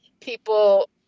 people